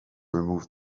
removed